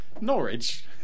Norwich